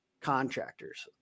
contractors